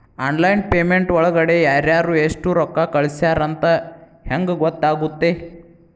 Online payment ಒಳಗಡೆ ಯಾರ್ಯಾರು ಎಷ್ಟು ರೊಕ್ಕ ಕಳಿಸ್ಯಾರ ಅಂತ ಹೆಂಗ್ ಗೊತ್ತಾಗುತ್ತೆ?